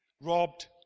robbed